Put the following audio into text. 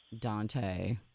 Dante